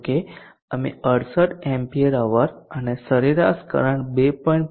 જો કે અમે 68Ah અને સરેરાશ કરંટ 2